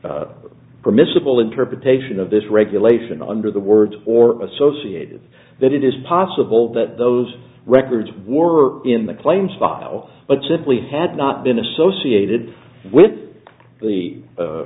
permissible interpretation of this regulation under the words or associated that it is possible that those records were in the claims file but simply had not been associated with the